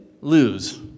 lose